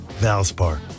Valspar